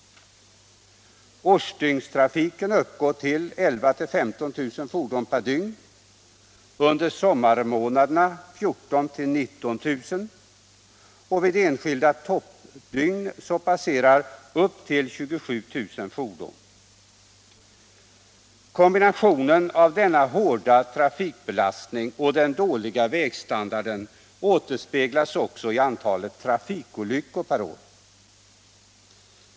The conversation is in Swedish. Årsdygnstrafiken uppgår till 11 000-15 000 fordon per dygn, under sommarmånaderna 14 000-19 000, och vid enskilda toppdygn passerar upp till 27 000 fordon. Kombinationen av denna hårda trafikbelastning och den dåliga vägstandarden återspeglas också i antalet trafikolyckor per år.